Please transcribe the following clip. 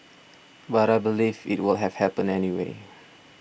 but I believe it would have happened anyway